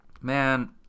Man